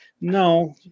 No